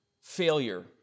failure